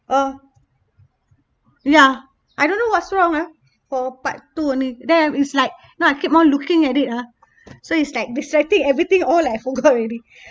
oh ya I don't know what's wrong ah for part two only then I it's like now I keep on looking at it ah so it's like distracting everything all I forgot already